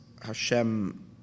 Hashem